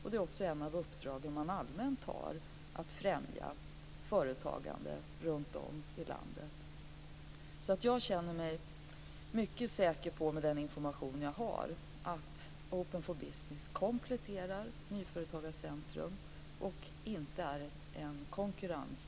Ett av deras allmänna uppdrag är att främja företagande runt om i landet. Med den information jag har känner jag mig mycket säker på att Open for Business kompletterar Nyföretagarcentrum och inte konkurrerar.